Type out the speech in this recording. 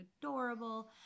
adorable